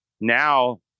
Now